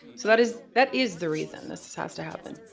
so that is that is the reason this has to happen.